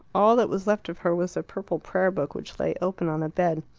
all that was left of her was the purple prayer-book which lay open on the bed.